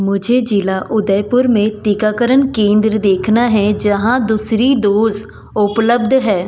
मुझे जिला उदयपुर में टीकाकरण केंद्र देखना है जहाँ दूसरी डोज़ उपलब्ध है